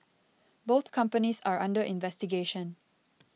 both companies are under investigation